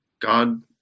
God